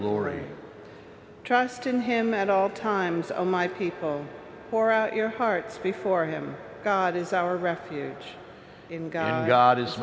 glory trust in him at all times on my people for out your heart before him god is our refuge in god god is